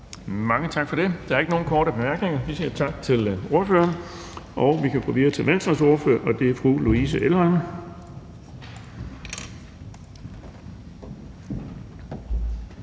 Mange tak for det. Der er ikke nogen korte bemærkninger. Vi siger tak til ordføreren, og vi kan gå videre til Venstres ordfører, og det er fru Louise Elholm.